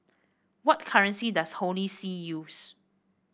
what currency does Holy See use